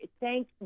Thank